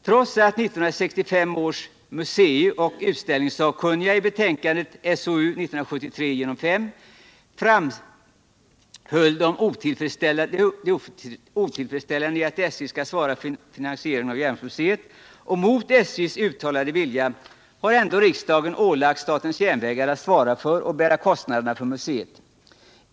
| Trots att 1965 års museioch utställningssakkunniga i betänkandet SOU 1973:5 framhöll det otillfredsställande i att SJ skall svara för finansieringen av Järnvägsmuséet och mot SJ:s uttalade vilja har ändå riksdagen ålagt statens järnvägar att svara för och bära kostnaderna för muséet.